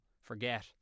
forget